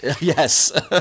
yes